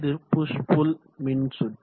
இது push pull மின்சுற்று